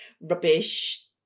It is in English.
rubbish